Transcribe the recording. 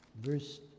Verse